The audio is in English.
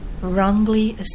wrongly